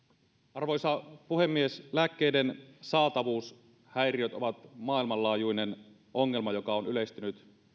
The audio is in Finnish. arvoisa puhemies lääkkeiden saatavuushäiriöt ovat maailmanlaajuinen ongelma joka on yleistynyt